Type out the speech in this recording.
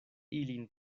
ilin